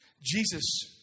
Jesus